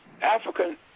African